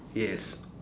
yes